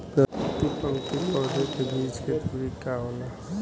प्रति पंक्ति पौधे के बीच के दुरी का होला?